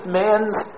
man's